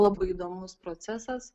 labai įdomus procesas